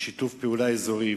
השר לשיתוף פעולה אזורי.